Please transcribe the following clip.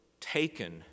taken